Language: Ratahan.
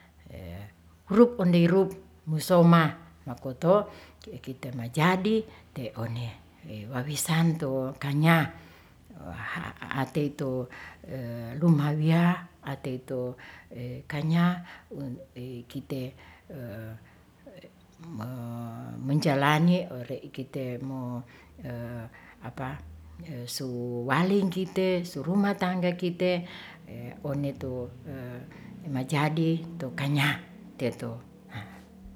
Rup ondei rup musoma makoto, kite ma jadi te one wawisan to kanya atei to, lumawiya atey to kanya kite, menjalani, ore' kitei mo su walingki kite suruma tangga kite one tu majadi tu kanya te to.